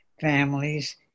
families